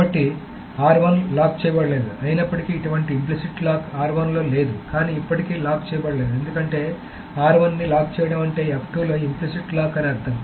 కాబట్టి లాక్ చేయబడలేదు అయినప్పటికీ అటువంటి ఇంప్లిసిట్ లాక్ లో లేదు కానీ ఇప్పటికీ లాక్ చేయబడలేదు ఎందుకంటే ని లాక్ చేయడం అంటే లో ఇంప్లిసిట్ లాక్ అని అర్థం